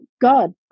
God